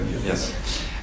Yes